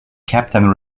captain